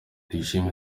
tuyishime